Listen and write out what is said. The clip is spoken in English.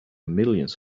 millions